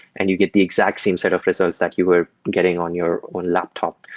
and you get the exact same set of results that you were getting on your own laptop.